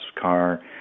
car